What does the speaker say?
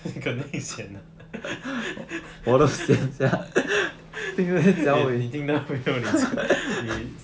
肯定 sian 小伟听到没有